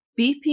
BP